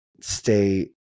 stay